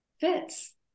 fits